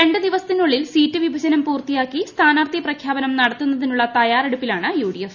രണ്ടു ദിവസത്തിനുള്ളിൽ സീറ്റു വിഭജനം പൂർത്തിയാക്കി സ്ഥാനാർത്ഥി പ്രഖ്യാപനം നടത്തുന്നതിനുള്ള തയ്യാറെടുപ്പിലാണ് യുഡിഎഫ്